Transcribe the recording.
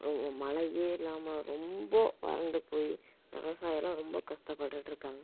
மழையே இல்லாமல் ரொம்ப வறண்டு போய் விவசாயி எல்லாம் ரொம்ப கஷ்டப்பட்டுட்டுருக்காங்க